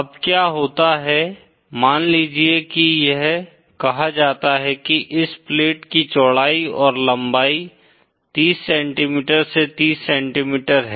अब क्या होता है मान लीजिए कि यह कहा जाता है कि इस प्लेट की चौड़ाई और लंबाई 30 सेंटीमीटर से 30 सेंटीमीटर है